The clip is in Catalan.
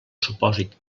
supòsit